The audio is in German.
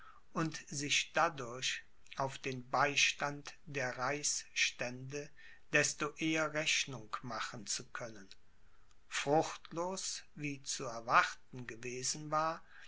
und sich dadurch auf den beistand der reichsstände desto eher rechnung machen zu können fruchtlos wie zu erwarten gewesen war